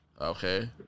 okay